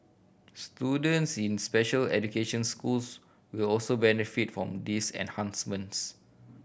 students in special education schools will also benefit from these enhancements